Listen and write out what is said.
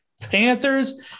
Panthers